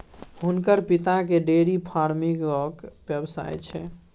हुनकर पिताकेँ डेयरी फार्मिंगक व्यवसाय छै